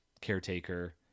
caretaker